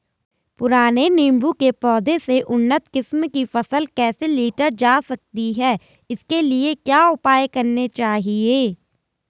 पुराने नीबूं के पौधें से उन्नत किस्म की फसल कैसे लीटर जा सकती है इसके लिए क्या उपाय करने चाहिए?